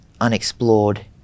unexplored